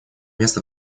место